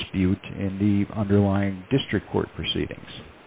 dispute in the underlying district court proceedings